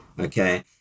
okay